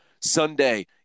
Sunday